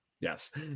Yes